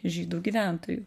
žydų gyventojų